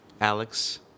Alex